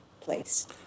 place